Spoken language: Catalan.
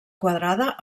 quadrada